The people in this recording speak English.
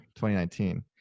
2019